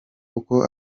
uko